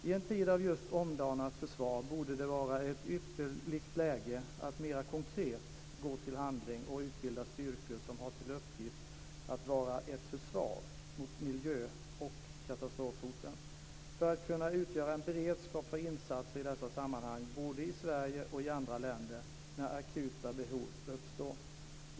I en tid av just omdanat försvar borde det vara ett ypperligt läge att gå till handling mer konkret och utbilda styrkor som har till uppgift att vara ett försvar mot miljö och katastrofhoten, för att kunna utgöra en beredskap för insatser i dessa sammanhang, både i Sverige och i andra länder, när akuta behov uppstår.